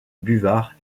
buvard